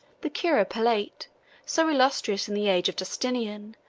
the curopalata, so illustrious in the age of justinian,